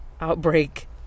outbreak